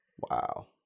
Wow